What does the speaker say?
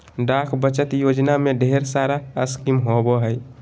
डाक बचत योजना में ढेर सारा स्कीम होबो हइ